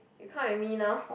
you come with me now